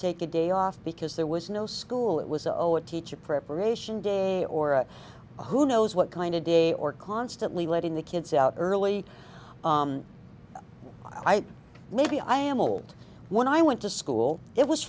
take a day off because there was no school it was oh a teacher preparation day or who knows what kind of day or constantly letting the kids out early i had maybe i am old when i went to school it was